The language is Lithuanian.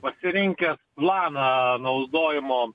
pasirinkęs planą naudojimo